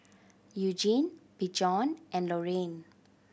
Eugene Bjorn and Loriann